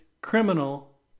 Criminal